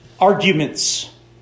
arguments